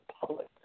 public